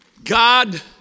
God